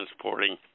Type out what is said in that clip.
transporting